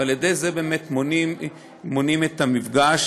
ובזה באמת מונעים את המפגש.